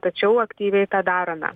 tačiau aktyviai tą darome